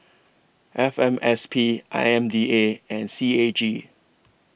F M S P I M D A and C A G